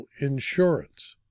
insurance